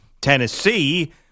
Tennessee